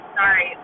Sorry